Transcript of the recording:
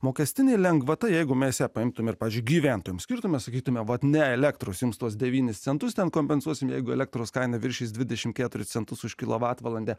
mokestinė lengvata jeigu mes paimtumėme pavyzdžiui gyventojams skirtame sakytumėme vat ne elektros jums tuos devynis centus ten kompensuosime jeigu elektros kaina viršys dvidešim keturis centus už kilovatvalandę